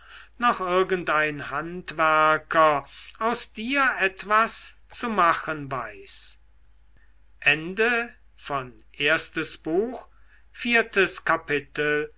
noch irgendein handwerker aus dir etwas zu machen weiß